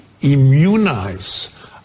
immunize